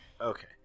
Okay